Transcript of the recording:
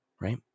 right